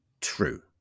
true